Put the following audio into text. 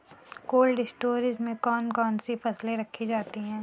Cold storage में कौन कौन सी फसलें रखी जाती हैं?